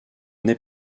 n’est